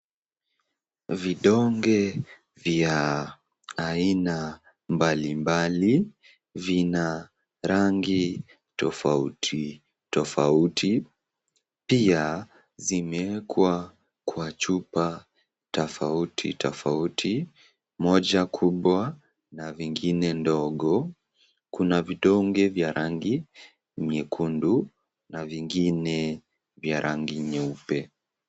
Vidonge vya aina mbalimbali vina rangi tofauti tofauti pia zimewekwa kwa chupa tofauti tofauti moja kubwa na ingine ndogo. Kuna vidonge vya rangi nyekundu na vingine vya rangi nyeupe.